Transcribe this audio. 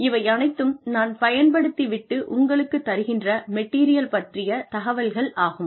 இவை அனைத்தும் நான் பயன்படுத்தி விட்டு உங்களுக்குத் தருகின்ற மெட்டீரியல் பற்றிய தகவல்கள் ஆகும்